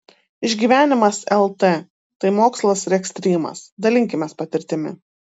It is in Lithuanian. išgyvenimas lt tai mokslas ir ekstrymas dalinkimės patirtimi